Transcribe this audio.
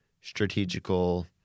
strategical